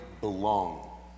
belong